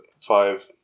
five